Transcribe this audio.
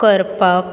करपाक